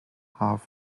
half